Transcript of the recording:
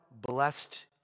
blessed